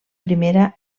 primera